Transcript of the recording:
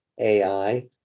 AI